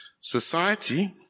Society